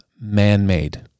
man-made